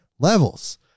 Levels